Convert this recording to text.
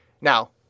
Now